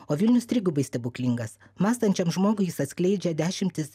o vilnius trigubai stebuklingas mąstančiam žmogui jis atskleidžia dešimtis